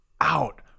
out